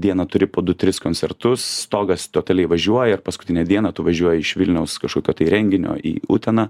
dieną turi po du tris koncertus stogas totaliai važiuoja ir paskutinę dieną tu važiuoji iš vilniaus kažkokio tai renginio į uteną